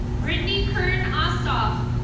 britanny kern ostoff.